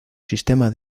sistema